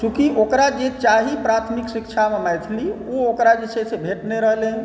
चूँकि ओकरा जे चाही प्राथमिक शिक्षामे मैथिली ओ ओकरा जे छै से भेट नहि रहलै यऽ